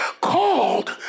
called